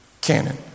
Canon